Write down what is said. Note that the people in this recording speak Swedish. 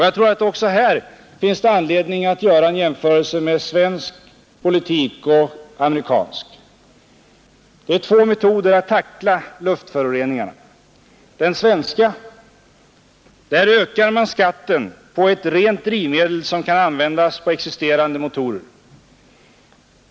Jag tror att det också här finns anledning att göra en jämförelse mellan svensk och amerikansk politik. I Sverige ökar man skatten på det här renare drivmedlet.